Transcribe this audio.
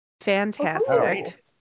Fantastic